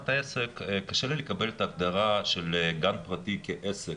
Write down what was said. קשה לי לקבל את ההגדרה של גן פרטי כעסק.